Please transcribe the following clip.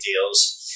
deals